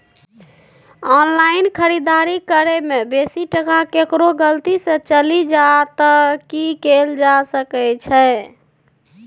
Online खरीददारी करै में बेसी टका केकरो गलती से चलि जा त की कैल जा सकै छै?